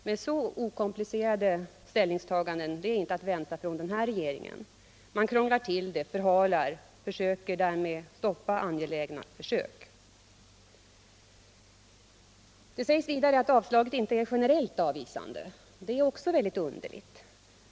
Men så okomplicerade ställningstaganden är inte att förvänta från denna regering. Man krånglar till det, förhalar och försöker därmed stoppa angelägna försök. Det sägs vidare i svaret att avslaget inte är gencrellt avvisande. Det är också mycket underligt.